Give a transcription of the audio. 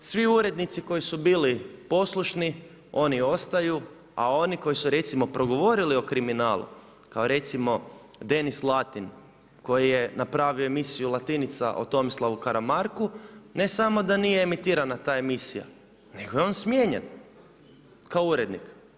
Svi urednici koji su bili poslušni, oni ostaju, a oni koji su recimo progovorili o kriminalu, kao recimo Denis Latin, koji je napravio emisiju Latinica, o Tomislavu Karamarku, ne samo da nije emitirana ta emisija, nego je on smijenjen kao urednik.